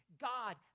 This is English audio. God